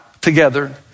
together